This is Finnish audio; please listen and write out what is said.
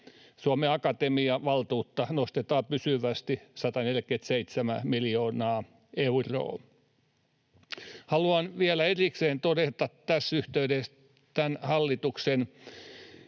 Suomen Akatemian valtuutta nostetaan pysyvästi 147 miljoonaa euroa. Haluan vielä erikseen todeta tässä yhteydessä tämän hallituksen